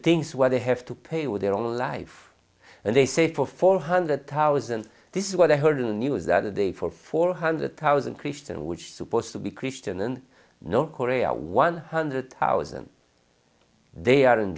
things where they have to pay with their own life and they say for four hundred thousand this is what i heard in the news that a day for four hundred thousand christian which supposed to be christian and no korea one hundred thousand they are in